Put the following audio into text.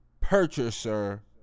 Purchaser